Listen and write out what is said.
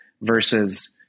Versus